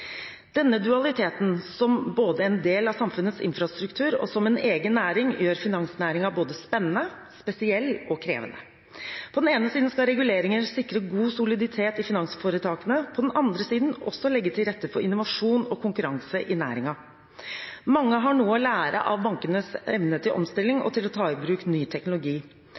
Denne dualiteten, både som en del av samfunnets infrastruktur og som en egen næring, gjør finansnæringen både spennende, spesiell og krevende. På den ene siden skal reguleringer sikre god soliditet i finansforetakene og på den andre siden også legge til rette for innovasjon og konkurranse i næringen. Mange har noe å lære av bankenes evne til omstilling og til å ta i bruk ny teknologi.